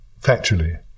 factually